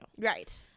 right